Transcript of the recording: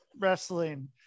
wrestling